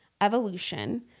Evolution